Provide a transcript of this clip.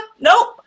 nope